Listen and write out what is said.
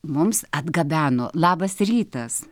mums atgabeno labas rytas